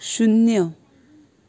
शुन्य